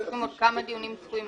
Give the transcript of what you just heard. עוד כמה דיונים צפויים להיות?